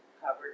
covered